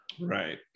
Right